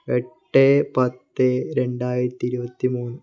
എട്ട് പത്ത് രണ്ടായിരത്തി ഇരുപത്തിമൂന്ന്